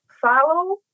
follow